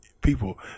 people